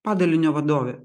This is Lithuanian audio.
padalinio vadovė